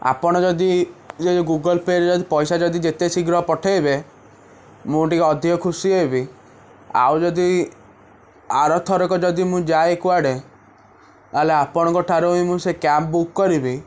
ଆପଣ ଯଦି ଇଏ ଗୁଗଲପେରେ ଯଦି ପଇସା ଯଦି ଯେତେଶୀଘ୍ର ପଠାଇବେ ମୁଁ ଟିକିଏ ଅଧିକ ଖୁସି ହେବି ଆଉ ଯଦି ଆରଥରକ ଯଦି ମୁଁ ଯାଏ କୁଆଡ଼େ ତାହେଲେ ଆପଣଙ୍କଠାରୁ ହିଁ ମୁଁ ସେ କ୍ୟାବ ବୁକ୍ କରିବି